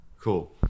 Cool